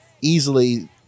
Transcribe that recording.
easily